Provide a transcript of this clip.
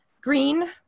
Green